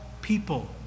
people